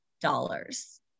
dollars